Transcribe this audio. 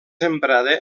emprada